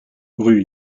rue